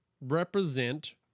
represent